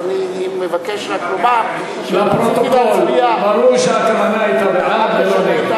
אני מבקש לומר שהתכוונתי להצביע בעד.